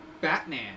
Batman